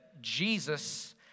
Jesus